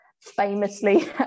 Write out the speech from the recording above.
famously